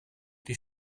die